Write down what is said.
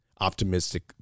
optimistic